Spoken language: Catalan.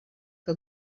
que